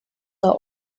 are